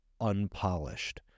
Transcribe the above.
unpolished